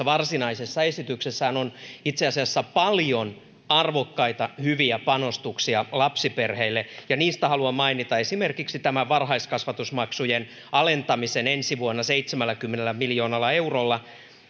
varsinaisessa esityksessähän on itse asiassa paljon arvokkaita hyviä panostuksia lapsiperheille niistä haluan mainita esimerkiksi tämän varhaiskasvatusmaksujen alentamisen ensi vuonna seitsemälläkymmenellä miljoonalla eurolla